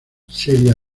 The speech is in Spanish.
seria